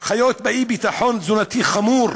משפחות חיות באי-ביטחון תזונתי חמור.